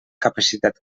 capacitat